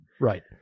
right